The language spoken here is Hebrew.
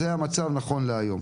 זה המצב נכון להיום.